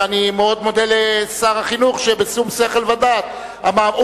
ואני מאוד מודה לשר החינוך שבשום שכל ודעת אמר.